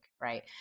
right